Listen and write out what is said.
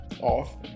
off